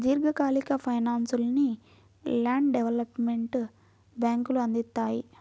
దీర్ఘకాలిక ఫైనాన్స్ను land development బ్యేంకులు అందిత్తాయి